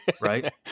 right